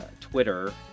Twitter